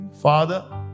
Father